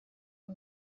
w’u